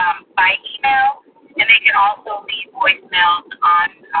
um by email and they can also be voicemails on